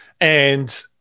and-